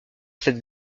cette